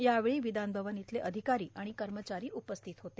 यावेळी ववधानभवन इथले अधिकारी कमचारी उपस्थित होते